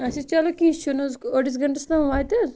اَچھا چَلو کیٚنٛہہ چھُنہٕ حظ أڈِس گَنٹَس تام واتہِ حظ